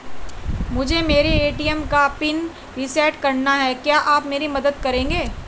मुझे मेरे ए.टी.एम का पिन रीसेट कराना है क्या आप मेरी मदद करेंगे?